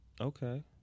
Okay